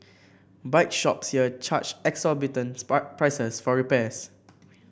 bike shops here charge exorbitant spark prices for repairs